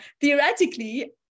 theoretically